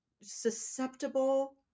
susceptible